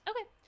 Okay